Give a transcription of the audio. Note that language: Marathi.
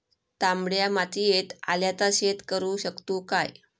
तामड्या मातयेत आल्याचा शेत करु शकतू काय?